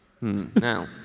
Now